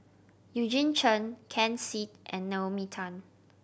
Eugene Chen Ken Seet and Naomi Tan